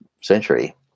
century